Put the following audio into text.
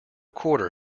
quarter